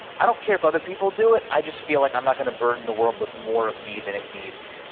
i don't care if other people do it. i just feel like i'm not gonna burden the world with more of me than it needs.